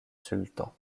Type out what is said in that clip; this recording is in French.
sultan